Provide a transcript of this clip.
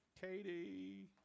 Katie